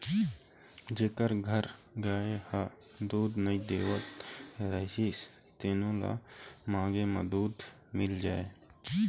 जेखर घर गाय ह दूद नइ देवत रहिस तेनो ल मांगे म दूद मिल जाए